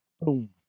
Boom